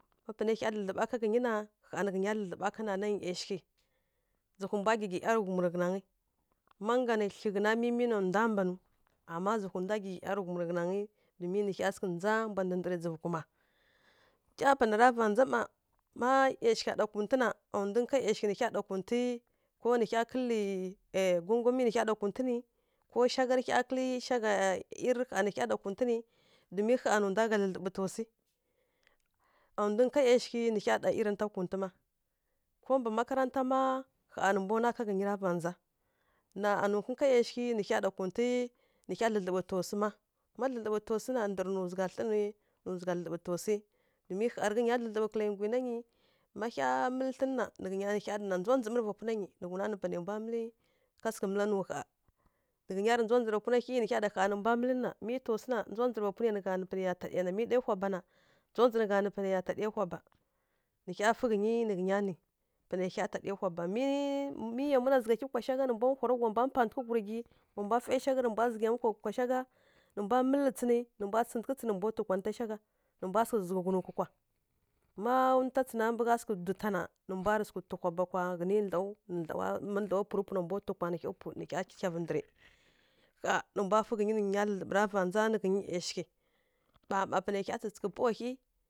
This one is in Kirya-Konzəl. Má panai hya dlǝdlǝɓa ká ghǝnyi na, ƙha nǝ nya dlǝdlǝɓa ká nana ghǝnyi ˈyashighǝ. Zǝhwa mbwa giggyi ˈyarǝghum rǝ tǝghǝnangǝi. Má ngga thlyi ghǝna nǝ mimi na ndwa mbanu. Ama zǝhu ndwa giggyi ˈyarǝghum rǝ ghǝnangǝi, domin nǝ hya sǝghǝ ndza mbwa ɗǝɗǝrǝ dzǝvǝ kuma. panara va ndza mma, ma ˈyashigha ɗa kuntǝ na, a ndwi nka ˈyashighǝ hya ɗa kuntǝ, ko nǝ hya kǝ́lǝ́ ˈyi gongwami nǝ hya ɗa kuntǝ nǝ, ko shagha rǝ hya kǝ́lǝ́, shagha irǝrǝ kha nǝ hya ɗa kuntǝ nǝ, domin ƙha nǝ ndwa gha dlǝdlǝɓǝ taw swi. A ndwi nka ˈyashighǝ nǝ hya ɗa iri nǝnta kuntǝ mma. Ko mbǝ makaranta mma, ƙha nǝ mbwa nwa ká ghǝnyi ra va ndza. Na anuwi khǝnka ˈyashighǝ nǝ hya ɗa kuntǝ, nǝ hya dlǝdlǝɓǝ taw swu má, ma dlǝdlǝɓǝ taw swi ndǝrǝ nǝ zugha thlǝ nǝ, nǝ zugha dlǝdlǝɓǝ taw swi. Domin kha rǝ ghǝnya dlǝdlǝɓǝ kǝla ˈyi gwinayi, má hya mǝlǝ thlǝn na, nǝ ghǝnya hya ɗana, ndzondzǝ mǝ rǝ vapuna nyi nǝ ghuna nǝ panai mbwa mǝlǝ, ká sǝghǝ mǝla nǝw ƙha. Nǝ ghǝnya rǝ ndzondzǝ rǝ vapuna hyi, nǝ hya ɗana, ƙha nǝ mbwa mǝlǝn na, mi taw swu na, ndzondzǝ rǝ vapuni ya nǝ gha nǝ panai ya ta mi tdai hwaba na, ndzondzǝ gha nǝ panai ya ta dai hwaba, nǝ hya fǝ ghǝnyi, nǝ ghǝnya nǝ, panai hya ta dai hwaba, miiii mi yamwi na zǝgha hyi kwa shagha, wa mbwa hwara hui wa mbwa mpatǝghǝ hurgyi wa mbwa fai shagha wa mbwa zǝghai yamwi kwa shagha, nǝ mbwa mǝlǝ tsǝnǝ, nǝ mbwa tsǝghǝtǝghǝ tsǝnǝ nǝ mbwa twi kwa ninta shagha, nǝ mbwa sǝghǝ zǝghǝ ghunǝkwi kwa, má nta tsǝna mbǝgha dwi ta na, nǝ mbwa sǝghǝ twi hwaba kwa ghǝni dlaw, nǝ dlaw ma dlawa purǝpu na nǝ hya pwi nǝ mbwa twi kwa nǝ hya cika vǝ ndǝrǝ. Ƙha nǝ mbwa fǝ ghǝnyi nǝ ya dlǝdlǝɓǝ ra vandza. Nǝ ghǝnyi ˈyashighǝ, ɓa mma panai hya tsǝtsǝghǝ pawa hyi.